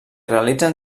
realitzen